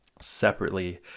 separately